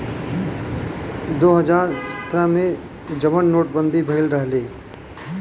दो हज़ार सत्रह मे जउन नोट बंदी भएल रहे